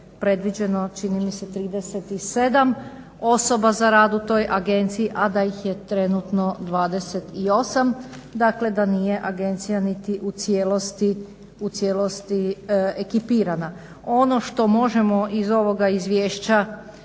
predviđeno čini mi se 37 osoba za rad u toj agenciji, a da ih je trenutno 20, dakle da nije agencija niti u cijelosti ekipirana. Ono što možemo iz ovoga izvješća